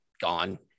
gone